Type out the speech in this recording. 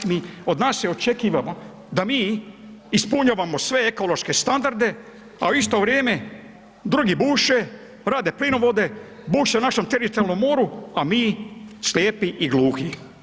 Od nas se očekiva da mi ispunjavamo sve ekološke standarde, a u isto vrijeme drugi buše, rade plinovode, buše u našem teritorijalnom moru, a mi slijepi i gluhi.